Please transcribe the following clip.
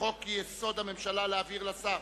לחוק-יסוד: הממשלה, להעביר לשר